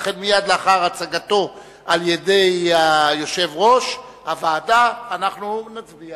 ולכן מייד לאחר הצגתו על-ידי יושב-ראש הוועדה אנחנו נצביע